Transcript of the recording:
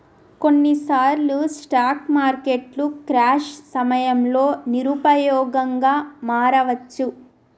కొన్నిసార్లు స్టాక్ మార్కెట్లు క్రాష్ సమయంలో నిరుపయోగంగా మారవచ్చు